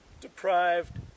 deprived